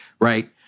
right